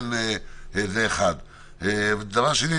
דבר שני,